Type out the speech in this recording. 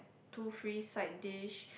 two free side dish